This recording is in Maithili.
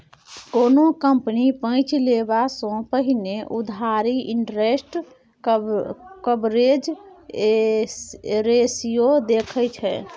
कोनो कंपनी पैंच लेबा सँ पहिने उधारी इंटरेस्ट कवरेज रेशियो देखै छै